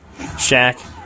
Shaq